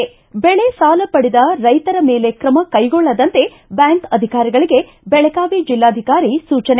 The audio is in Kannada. ್ಟಿ ಬೆಳೆಸಾಲ ಪಡೆದ ರೈತರ ಮೇಲೆ ಕ್ರಮ ಕೈಗೊಳ್ಳದಂತೆ ಬ್ಯಾಂಕ್ ಅಧಿಕಾರಿಗಳಿಗೆ ಬೆಳಗಾವಿ ಬೆಲ್ಲಾಧಿಕಾರಿ ಸೂಚನೆ